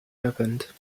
opened